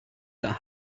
that